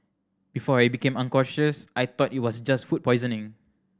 before I became unconscious I thought it was just food poisoning